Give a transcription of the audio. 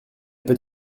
peut